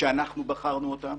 אנחנו בחרנו אותם.